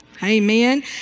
Amen